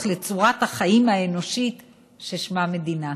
לצורת החיים האנושית ששמה מדינה".